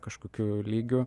kažkokiu lygiu